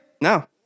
No